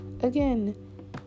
again